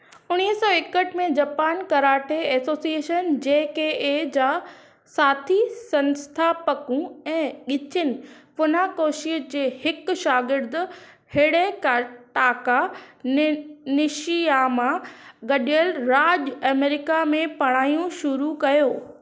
उणिवीह सौ एकहठि में Japan karate association J K A जा साथी संस्थापक ऐं गिचिन फुनाकोशी जे हिकु शागिर्दु हिडेटाका निशियामा गडि॒यलु राजु॒ अमरीका में पढ़ाइणु शुरू कयो